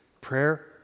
prayer